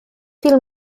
viel